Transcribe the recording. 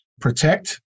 protect